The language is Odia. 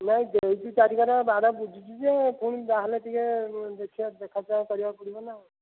ନାଇ ଦେଇଛି ଚାରିକର ବାଡ଼ ବୁଝୁଛି ଯେ ପୁଣି ଯାହେଲେ ଟିକେ ଦେଖିବା ଦେଖାଚାହାଁ କରିବାକୁ ପଡ଼ିବ ନା ଆଉ